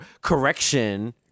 correction